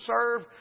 serve